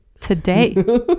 today